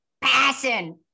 passing